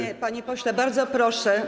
Nie, panie pośle, bardzo proszę.